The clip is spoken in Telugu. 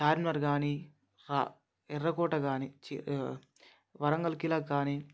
చార్మినార్ కానీ ఎర్రకోట కానీ ఛీ ఆ వరంగల్ ఖీలా కానీ